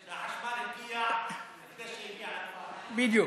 החשמל הגיע לפני שהגיע לכפר, בדיוק.